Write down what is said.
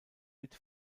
mit